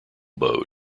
bow